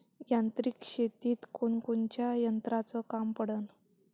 यांत्रिक शेतीत कोनकोनच्या यंत्राचं काम पडन?